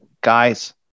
guys